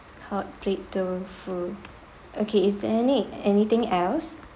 hot plate tofu okay is there any anything else